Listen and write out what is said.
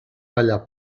ballar